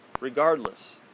regardless